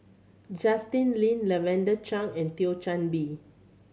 Justin Lean Lavender Chang and Thio Chan Bee